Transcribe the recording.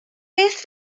beth